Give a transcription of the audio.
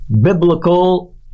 Biblical